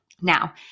Now